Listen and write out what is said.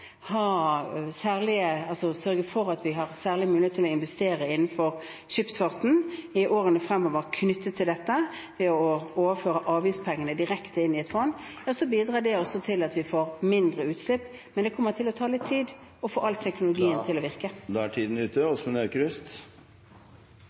investere innenfor skipsfarten i årene fremover knyttet til dette, ved å overføre avgiftspengene direkte inn i et fond, bidrar det også til at vi får mindre utslipp. Men det kommer til å ta litt tid å få all teknologien til å virke.